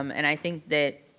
um and i think that.